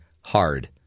hard